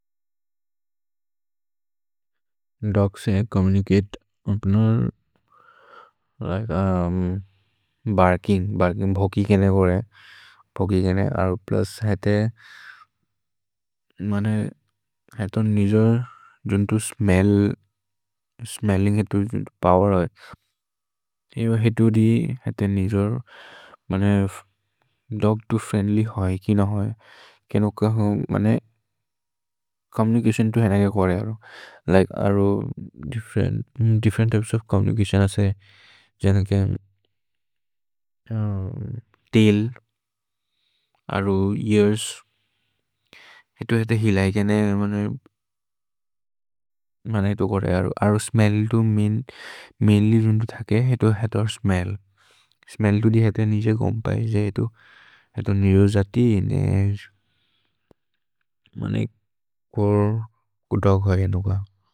दोग् से चोम्मुनिचते अप्नर्, like barking भोकि केने कोरे, भोकि केने अरो प्लुस् हेते मन्हे हेतो निजोर् जुन्त्। स्मेल्ल्, स्मेल्लिन्ग् हेतो पोवेर् होइ एबो हेतो दि हेते निजोर् मन्हे दोग् तु फ्रिएन्द्ल्य् होइ कि न होइ। केनो क हुम् मने चोम्मुनिचतिओन् तु हेन के कोरे अरो, लिके अरो दिफ्फेरेन्त् त्य्पेस् ओफ् चोम्मुनिचतिओन् असे जेन के तैल् अरो एअर्स् हेतो हेते। हिल् है केने मन्हे हेतो कोरे अरो, अरो स्मेल्ल् तु मैन्ल्य् जुन्तो थके हेतो हेतो स्मेल्ल्, स्मेल्ल् तु दि हेतो निजोर् गोम् पए। हेतो निजोर् जति मन्हे कोरे कोरे दोग् होइ एनो क।